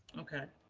okay.